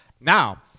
Now